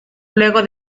luego